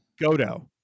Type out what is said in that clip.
godo